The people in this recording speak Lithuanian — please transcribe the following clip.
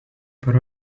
per